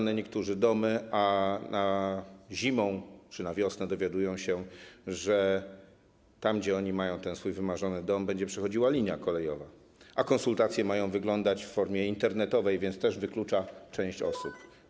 Niektórzy mają domy oddane do użytku, a zimą czy na wiosnę dowiadują się, że tam, gdzie oni mają ten swój wymarzony dom, będzie przechodziła linia kolejowa, a konsultacje mają być w formie internetowej, więc też wykluczają część osób.